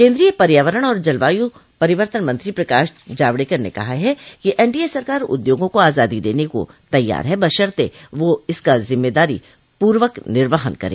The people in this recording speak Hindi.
केन्द्रीय पर्यावरण और जलवायु परिवर्तन मंत्री प्रकाश जावड़ेकर ने कहा है कि एनडीए सरकार उद्योगों को आजादी देने को तैयार है बशर्ते वे इसका जिम्मेदारी पूर्वक निर्वहन करें